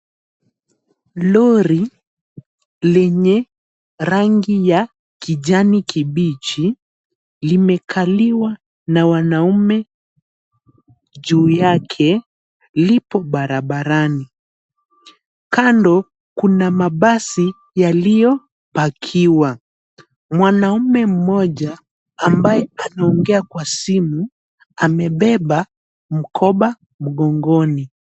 Lori lenye rangi ya kijani kibichi limekaliwa na wanaume juu yake. Lipo barabarani. Kando kuna mabasi yaliyopakiwa. Mwanaume mmoja ambaye anaongea kwa simu anabeba mkoba mgongoni.